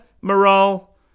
Morale